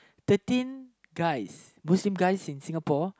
thirteen guys Muslim guys in Singapore